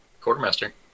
quartermaster